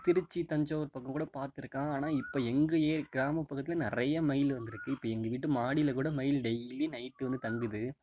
திருச்சி தஞ்சாவூர் பக்கம் கூட பார்த்துருக்கேன் ஆனால் இப்போ எங்கள் கிராமப்பகுதியில நிறைய மயில் வந்துயிருக்கு இப்போ எங்கள் வீட்டு மாடியிலக்கூட மயில் டெயிலி நைட்டு வந்து தங்குது